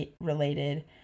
related